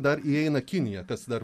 dar įeina kinija kas dar